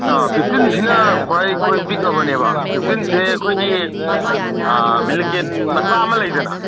ꯑꯥ ꯐꯤꯐꯇꯤꯟꯁꯤꯅ ꯈ꯭ꯋꯥꯏ ꯑꯩꯈꯣꯏ ꯄꯤꯛꯑꯕꯅꯦꯕ ꯐꯤꯐꯇꯤꯟꯁꯦ ꯑꯩꯈꯣꯏꯒꯤ ꯃꯤꯂꯤꯀꯦꯟ ꯃꯆꯥ ꯑꯃ ꯂꯩꯗꯅ